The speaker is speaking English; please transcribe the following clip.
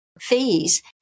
fees